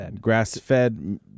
grass-fed